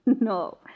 No